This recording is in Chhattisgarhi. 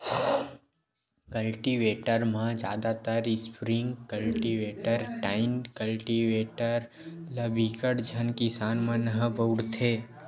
कल्टीवेटर म जादातर स्प्रिंग कल्टीवेटर, टाइन कल्टीवेटर ल बिकट झन किसान मन ह बउरथे